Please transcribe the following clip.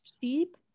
cheap